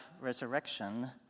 resurrection